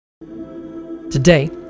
Today